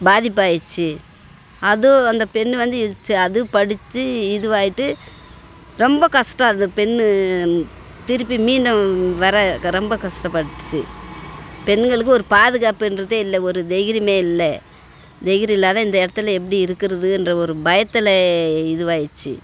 பாதிப்பாகிடுச்சு அதுவும் அந்த பெண் வந்து இ ச்சி அதுவும் படித்து இதுவாகிட்டு ரொம்ப கஷ்டம் அந்த பெண் திருப்பி மீண்டும் வர ரொம்ப கஷ்டப்பட்டுச்சி பெண்களுக்கு ஒரு பாதுகாப்புன்றதே இல்லை ஒரு தைரியமே இல்லை தைரியம் இல்லாத இந்த இடத்துல எப்படி இருக்கிறது என்ற ஒரு பயத்தில் இதுவாகிடுச்சு